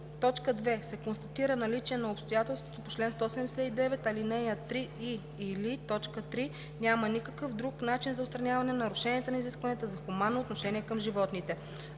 и/или 2. се констатира наличие на обстоятелство по чл. 179, ал. 3, и/или 3. няма никакъв друг начин за отстраняване на нарушенията на изискванията за хуманно отношение към животните.